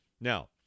Now